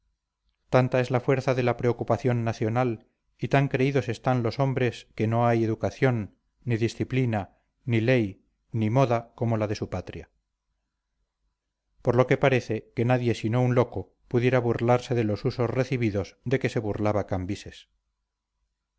tanta es la fuerza de la preocupación nacional y tan creídos están los hombres que no hay educación ni disciplina ni ley ni moda como la de su patria por lo que parece que nadie sino un loco pudiera burlarse de los usos recibidos de que se burlaba cambises